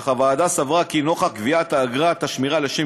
אך הוועדה סברה כי נוכח גביית אגרת השמירה לשם